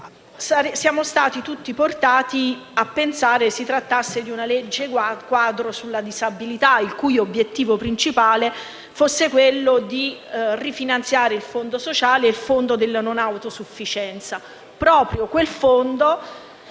siamo stati tutti portati a pensare che si trattasse di una legge quadro sulla disabilità, il cui obiettivo principale fosse quello di rifinanziare il Fondo sociale e il Fondo per le non autosufficienze, proprio quel Fondo